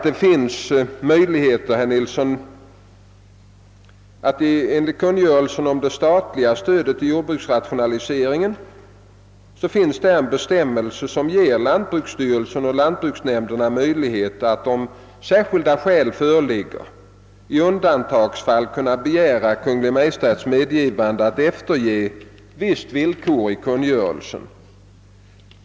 Det finns, herr Nilsson, enligt kungörelsen om det statliga stödet till jordbrukets rationalisering en bestämmelse, som ger lantbruksstyrelsen och lantbruksnämnderna möjlighet att om sär skilda skäl föreligger i undantagsfall kunna begära Kungl. Maj:ts medgivande om avkall på visst villkor i kungörelsen.